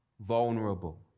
vulnerable